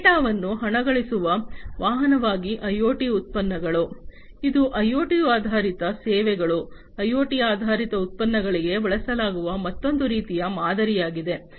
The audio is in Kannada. ಡೇಟಾವನ್ನು ಹಣಗಳಿಸುವ ವಾಹನವಾಗಿ ಐಒಟಿ ಉತ್ಪನ್ನಗಳು ಇದು ಐಒಟಿ ಆಧಾರಿತ ಸೇವೆಗಳು ಐಒಟಿ ಆಧಾರಿತ ಉತ್ಪನ್ನಗಳಿಗೆ ಬಳಸಲಾಗುವ ಮತ್ತೊಂದು ರೀತಿಯ ಮಾದರಿಯಾಗಿದೆ